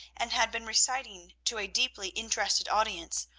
and had been reciting to a deeply-interested audience,